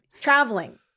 traveling